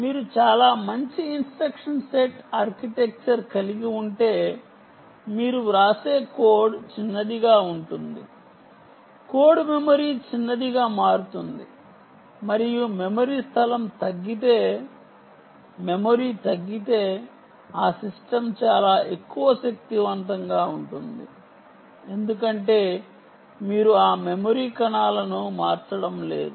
మీరు చాలా మంచి ఇన్స్ట్రక్షన్ సెట్ ఆర్కిటెక్చర్ కలిగి ఉంటే మీరు వ్రాసే కోడ్ చిన్నదిగా ఉంటుంది కోడ్ మెమరీ చిన్నదిగా మారుతుంది మరియు మెమరీ స్థలం తగ్గితే మెమరీ తగ్గితే ఆ సిస్టమ్ చాలా ఎక్కువ శక్తివంతంగా ఉంటుంది ఎందుకంటే మీరు ఆ మెమరీ కణాలను మార్చడం లేదు